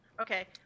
Okay